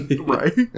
Right